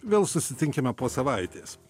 vėl susitinkime po savaitės